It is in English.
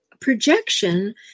projection